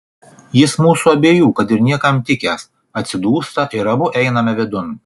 jis mūsų abiejų kad ir niekam tikęs atsidūsta ir abu einame vidun